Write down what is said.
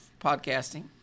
podcasting